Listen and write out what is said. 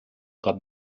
cop